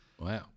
wow